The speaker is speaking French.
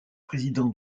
président